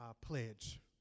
pledge